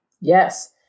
Yes